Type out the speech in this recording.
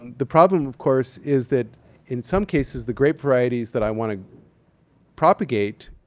and the problem of course is that in some cases, the grape varieties that i wanna propagate